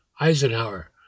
Eisenhower